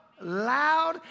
loud